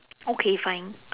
okay fine